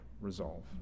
resolve